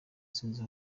sinzi